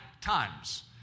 times